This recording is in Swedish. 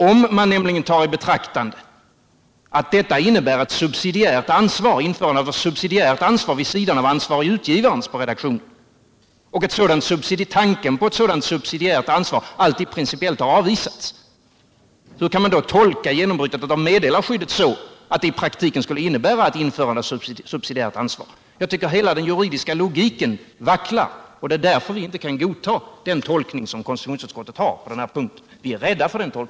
Om man tar i betraktande att detta innebär ett införande av subsidiärt ansvar vid sidan av ansvarige utgivaren på redaktionen och tanken på ett sådant subsidiärt ansvar alltid principiellt har avvisats, hur kan man då tolka genombrytande av meddelarskydd så, att det i praktiken skulle innebära ett införande av subsidiärt ansvar? Jag tycker att hela den juridiska logiken vacklar, och det är därför vi inte kan godta KU:s tolkning på den här punkten. Vi är rädda för den tolkningen.